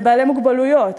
לבעלי מוגבלות,